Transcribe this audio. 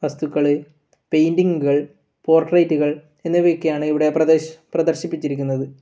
വസ്തുക്കൾ പെയിൻറ്റിങ്ങുകൾ പോർട്രൈറ്റ്കൾ എന്നിയവയൊക്കെയാണ് ഇവിടെ പ്രദർശ് പ്രദർശിപ്പിച്ചിരിക്കുന്നത്